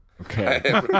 Okay